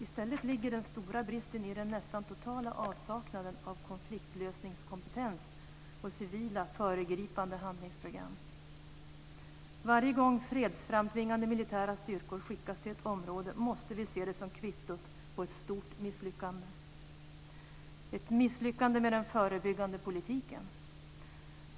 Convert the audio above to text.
I stället ligger den stora bristen i den nästan totala avsaknaden av konfliktlösningskompetens och civila krigsföregripande handlingsprogram. Varje gång fredsframtvingande militära styrkor skickas till ett område måste vi se det som kvittot på ett stort misslyckande, ett misslyckande med den förebyggande politiken.